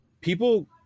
people